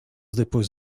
depois